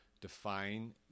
define